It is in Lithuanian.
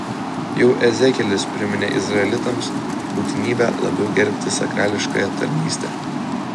jau ezekielis priminė izraelitams būtinybę labiau gerbti sakrališkąją tarnystę